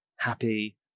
happy